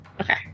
Okay